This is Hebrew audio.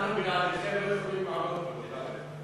אנחנו בלעדיכם לא יכולים לעבוד פה.